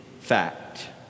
fact